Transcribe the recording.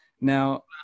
now